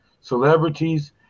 celebrities